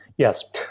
Yes